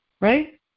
right